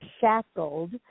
shackled